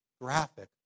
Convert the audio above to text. graphic